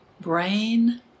Brain